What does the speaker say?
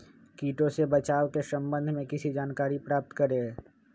किटो से बचाव के सम्वन्ध में किसी जानकारी प्राप्त करें?